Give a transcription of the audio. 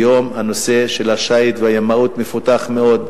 היום הנושא של השיט והימאות מפותח מאוד.